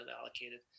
allocated